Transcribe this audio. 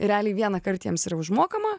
realiai vienąkart jiems ir užmokama